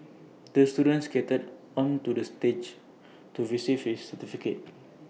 the student skated onto the stage to receive his certificate